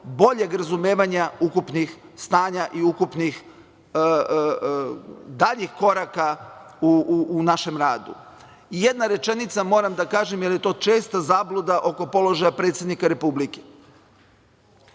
boljeg razumevanja ukupnih stanja i ukupnih daljih koraka u našem radu.9/2 JJ/LjLJedna rečenica, moram da kažem, jer je to česta zabluda, oko položaja predsednika Republike.